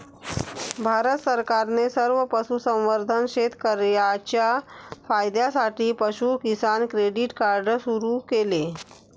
भारत सरकारने सर्व पशुसंवर्धन शेतकर्यांच्या फायद्यासाठी पशु किसान क्रेडिट कार्ड सुरू केले